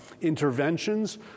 interventions